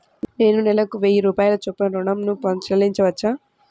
నేను నెలకు వెయ్యి రూపాయల చొప్పున ఋణం ను చెల్లించవచ్చా?